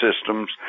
systems